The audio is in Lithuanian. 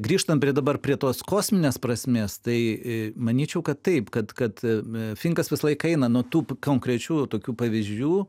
grįžtam prie dabar prie tos kosminės prasmės tai manyčiau kad taip kad kad finkas visą laiką eina nuo tų konkrečių tokių pavyzdžių